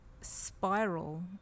spiral